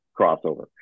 crossover